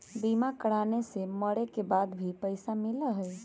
बीमा कराने से मरे के बाद भी पईसा मिलहई?